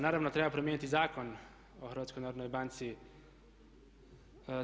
Naravno treba promijeniti Zakon o HNB-u.